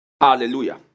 Hallelujah